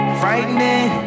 frightening